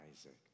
Isaac